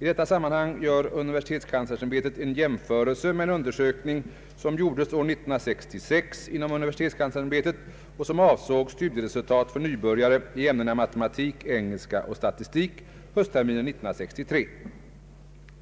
I detta sammanhang gör universitetskanslersämbetet en jämförelse med en undersökning som gjordes år 1966 inom universitetskanslersämbetet och som avsåg studieresultat för nybörjarna i ämnena matematik, engelska och statistik höstterminen 1963.